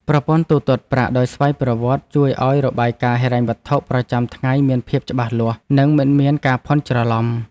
ប្រព័ន្ធទូទាត់ប្រាក់ដោយស្វ័យប្រវត្តិជួយឱ្យរបាយការណ៍ហិរញ្ញវត្ថុប្រចាំថ្ងៃមានភាពច្បាស់លាស់ និងមិនមានការភាន់ច្រឡំ។